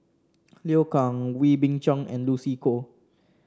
Liu Kang Wee Beng Chong and Lucy Koh